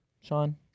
Sean